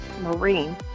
Marine